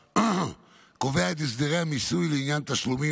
קובע את הסדרי המיסוי לעניין תשלומים